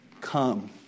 Come